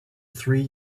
three